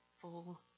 full